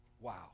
Wow